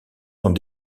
sont